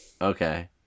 Okay